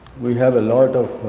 we have a lot of.